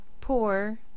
poor